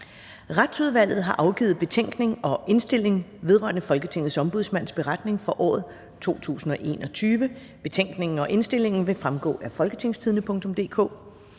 Retsudvalget har afgivet: Betænkning og indstilling vedrørende Folketingets Ombudsmands beretning for året 2021.